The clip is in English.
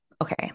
okay